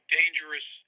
dangerous